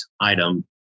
item